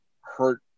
hurt